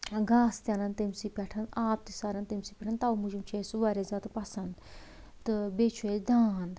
گاسہٕ تہِ انان تٔمہِ سٕے سۭتۍ پیٹھ آب تہِ سارَان تٔمہِ سٕے پیٹھ توٕ موٗجوٗب چھُ اسہِ سُہ واریاہ زیادٕ پسند تہٕ بیٚیہِ چھُ اسہِ داند